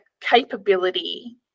capability